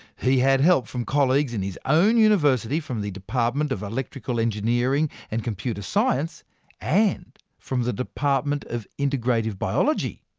he had help from colleagues in his own university from the department of electrical engineering and computer science and from the department of integrative biology.